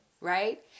Right